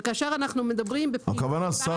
וכאשר אנחנו מדברים בפעילות בעלת אופי יותר משטרתי